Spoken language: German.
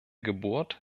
geburt